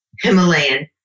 Himalayan